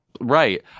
right